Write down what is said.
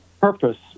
purpose